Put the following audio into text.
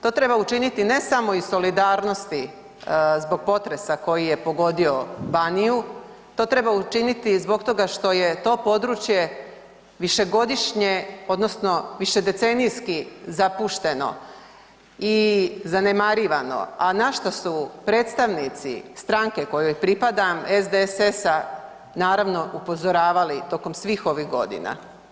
To treba učiniti ne samo iz solidarnosti zbog potresa koji je pogodio Baniju, to treba učiniti i zbog toga što je to područje višegodišnje odnosno višedecenijski zapušteno i zanemarivano, a na šta su predstavnici stranke kojoj pripadam SDSS-a naravno upozoravali tokom svih ovih godina.